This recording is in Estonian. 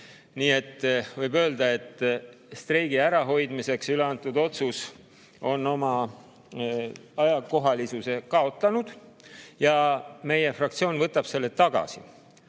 Nii et võib öelda, et streigi ärahoidmiseks üle antud otsuse [eelnõu] on oma ajakohasuse kaotanud ja meie fraktsioon võtab selle tagasi.